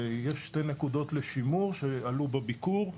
ויש שתי נקודות לשימור שעלו בביקור.